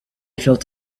felt